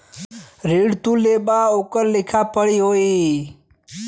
ऋण तू लेबा ओकर लिखा पढ़ी होई